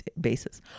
basis